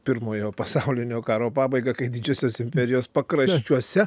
pirmojo pasaulinio karo pabaigą kai didžiosios imperijos pakraščiuose